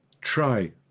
try